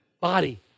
body